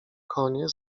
konie